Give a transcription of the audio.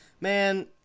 man